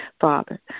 Father